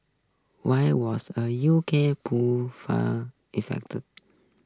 why was a U K poll firm effect